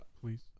please